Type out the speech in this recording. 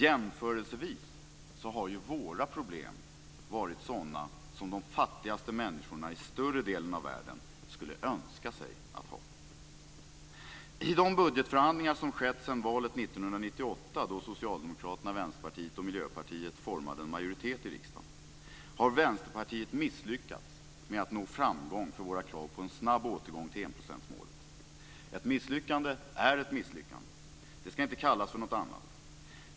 Jämförelsevis har ju våra problem varit sådana som de fattigaste människorna i större delen av världen skulle önska sig att ha. I de budgetförhandlingar som skett sedan valet Vänsterpartiet misslyckats med att nå framgång med våra krav på en snabb återgång till enprocentsmålet. Ett misslyckande är ett misslyckande och ska inte kallas för något annat.